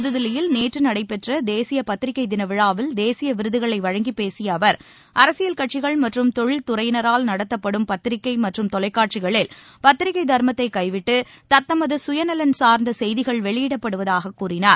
புதுதில்லியில் நேற்று நடைபெற்ற தேசிய பத்திரிகை தின விழாவில் தேசிய விருதுகளை வழங்கிப் பேசிய அவர் அரசியல் கட்சிகள் மற்றும் தொழில் துறையினரால் நடத்தப்படும் பத்திரிகை மற்றும் தொலைக்காட்சிகளில் பத்திரிகை தர்மத்தை கைவிட்டு தத்தமது சுயநலன் சார்ந்த செய்திகள் வெளியிடப்படுவதாகக் கூறினார்